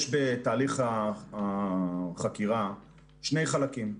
יש בתהליך החקירה שני חלקים.